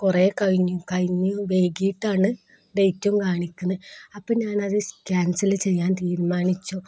കുറേ കഴിഞ്ഞു കഴിഞ്ഞു വൈകിയിട്ടാണ് ഡേറ്റും കാണിക്കുന്നത് അപ്പോള് ഞാനത് ക്യാൻസല് ചെയ്യാൻ തീരുമാനിച്ചു